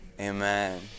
Amen